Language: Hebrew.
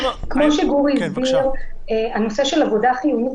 כמו שגור הסביר על נושא של עבודה חיונית,